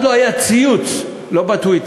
כשעוד לא היה ציוץ, לא בטוויטר,